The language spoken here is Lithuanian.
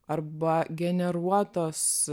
arba generuotos